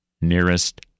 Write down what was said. nearest